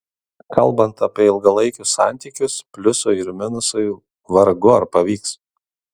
kalbant apie ilgalaikius santykius pliusui ir minusui vargu ar pavyks